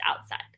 outside